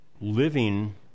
living